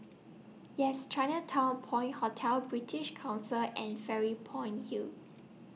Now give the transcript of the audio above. Yes Chinatown Point Hotel British Council and Fairy Point Hill